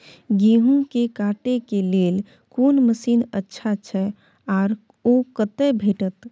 गेहूं के काटे के लेल कोन मसीन अच्छा छै आर ओ कतय भेटत?